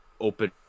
open